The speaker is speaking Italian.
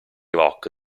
rock